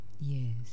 yes